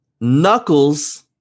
Knuckles